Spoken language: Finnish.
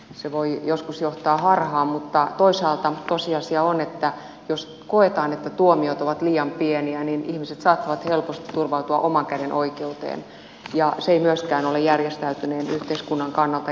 se voi joskus johtaa harhaan mutta toisaalta tosiasia on että jos koetaan että tuomiot ovat liian pieniä niin ihmiset saattavat helposti turvautua oman käden oikeuteen ja se ei myöskään ole järjestäytyneen yhteiskunnan kannalta järkevää